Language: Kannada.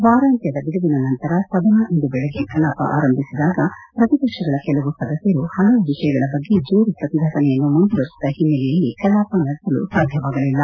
ವಾರಾಂತ್ಯದ ಬಿಡುವಿನ ನಂತರ ಸದನ ಇಂದು ಬೆಳಗ್ಗೆ ಕಲಾಪ ಆರಂಭಿಸಿದಾಗ ಪ್ರತಿಪಕ್ಷಗಳ ಕೆಲವು ಸದಸ್ಯರು ಹಲವು ವಿಷಯಗಳ ಬಗ್ಗೆ ಜೋರು ಪ್ರತಿಭಟನೆಯನ್ನು ಮುಂದುವರಿಸಿದ ಹಿನ್ನೆಲೆಯಲ್ಲಿ ಕಲಾಪ ನಡೆಸಲು ಸಾಧ್ಯವಾಗಲಿಲ್ಲ